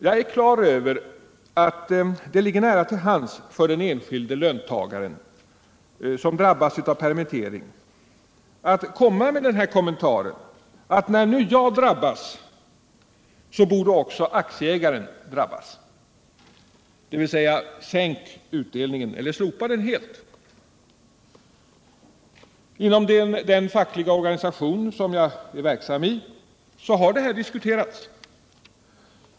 Jag är klar över att det ligger nära till hands för den enskilde löntagaren som drabbas av permittering att komma med kommentaren, att när nu jag har drabbats så borde också aktieägaren drabbas, dvs. sänk utdel ningen eller slopa den helt. Inom den fackliga organisation som jag är verksam i har detta diskuterats.